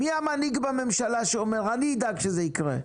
מי המנהיג בממשלה שאומר שהוא ידאג שזה יקרה.